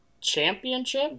Championship